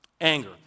Anger